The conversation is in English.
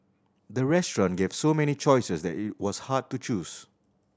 the restaurant gave so many choices that it was hard to choose